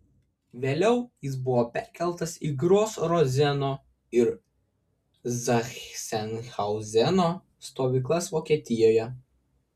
vėliau jis buvo perkeltas į gros rozeno ir zachsenhauzeno stovyklas vokietijoje